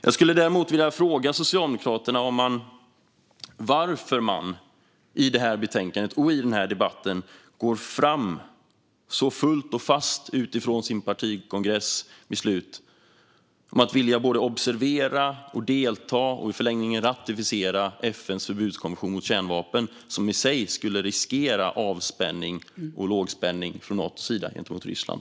Jag skulle däremot vilja fråga Socialdemokraterna varför man i det här betänkandet och i den här debatten går fram så fullt och fast utifrån sin partikongress beslut att vilja både observera, delta i och i förlängningen ratificera FN:s förbudskonvention mot kärnvapen, som i sig skulle riskera avspänning och lågspänning från Natos sida gentemot Ryssland.